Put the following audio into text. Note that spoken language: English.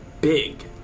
big